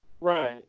right